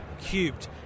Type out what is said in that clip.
cubed